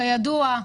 כידוע,